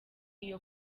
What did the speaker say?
iyo